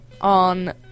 on